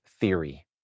theory